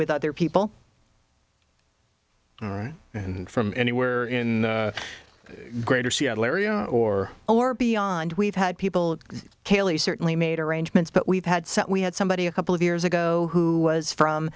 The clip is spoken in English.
with other people and from anywhere in the greater seattle area or or beyond we've had people caylee certainly made arrangements but we've had set we had somebody a couple of years ago who was from